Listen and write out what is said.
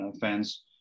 fans